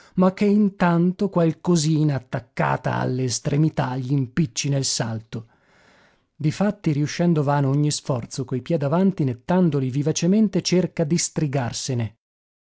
ma che intanto qualcosina attaccata alle estremità gl'impicci nel salto difatti riuscendo vano ogni sforzo coi piè davanti nettandoli vivacemente cerca distrigarsene